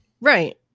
Right